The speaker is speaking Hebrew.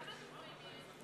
כמה דוברים יש?